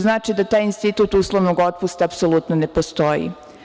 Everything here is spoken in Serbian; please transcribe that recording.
Znači, taj institut uslovnog otpusta apsolutno ne postoji.